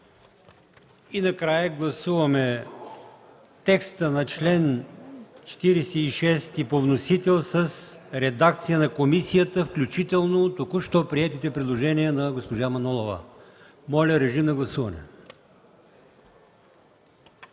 Накрая гласуваме текста на чл. 46 по вносител с редакцията на комисията, включително с току-що приетите предложения на госпожа Манолова. Гласували